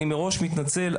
אני מראש מתנצל,